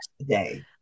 today